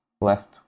left